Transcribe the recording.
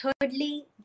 thirdly